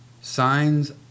Signs